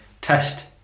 test